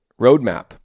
roadmap